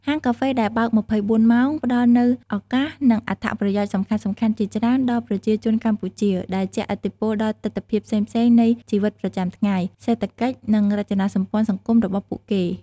ហាងកាហ្វេដែលបើក ២៤ ម៉ោងផ្តល់នូវឱកាស និងអត្ថប្រយោជន៍សំខាន់ៗជាច្រើនដល់ប្រជាជនកម្ពុជា ដែលជះឥទ្ធិពលដល់ទិដ្ឋភាពផ្សេងៗនៃជីវិតប្រចាំថ្ងៃ សេដ្ឋកិច្ច និងរចនាសម្ព័ន្ធសង្គមរបស់ពួកគេ។